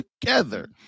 together